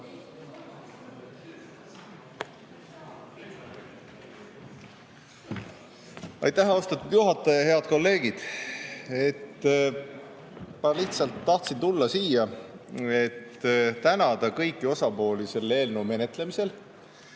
Aitäh, austatud juhataja! Head kolleegid! Ma lihtsalt tahtsin tulla siia, et tänada kõiki selle eelnõu menetlemise